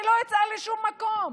היא לא יצאה לשום מקום.